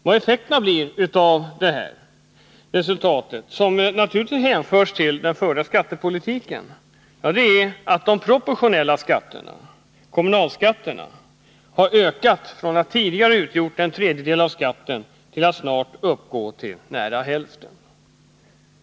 Vad effekterna blir av dessa förhållanden, som naturligtvis hänför sig till den förda skattepolitiken, är att de proportionella skatterna, kommunalskatterna, har ökat från att tidigare ha utgjort en tredjedel av skatten till att snart uppgå till hälften.